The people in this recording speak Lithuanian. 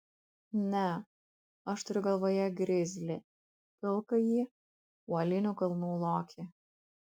ne aš turiu galvoje grizlį pilkąjį uolinių kalnų lokį